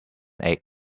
egg